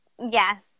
Yes